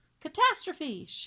Catastrophe